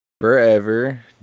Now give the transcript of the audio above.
forever